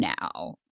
now